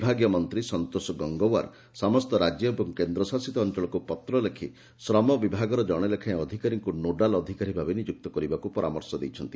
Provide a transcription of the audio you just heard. ବିଭାଗୀୟ ମନ୍ତୀ ସନ୍ତୋଷ ଗଙ୍ଗଓ୍ୱାର ସମସ୍ତ ରାକ୍ୟ ଓ କେନ୍ଦ୍ ଶାସିତ ଅଅଳକୁ ପତ୍ର ଲେଖି ଶ୍ରମ ବିଭାଗର ଜଣେ ଲେଖାଏଁ ଅଧିକାରୀଙ୍କୁ ନୋଡାଲ୍ ଅଧିକାରୀଭାବେ ନିଯୁକ୍ତ କରିବାକୁ ପରାମର୍ଶ ଦେଇଛନ୍ତି